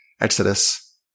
exodus